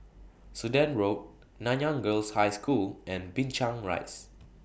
Sudan Road Nanyang Girls' High School and Binchang Rise